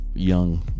young